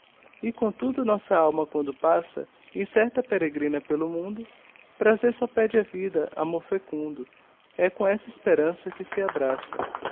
e comtudo nossa alma quando passa incerta peregrina pelo mundo prazer só pede à vida amor fecundo é com essa esperança que se abraça